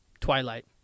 Twilight